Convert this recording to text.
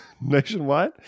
Nationwide